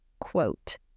quote